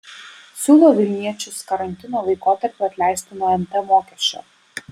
siūlo vilniečius karantino laikotarpiu atleisti nuo nt mokesčio